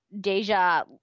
deja